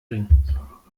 bringen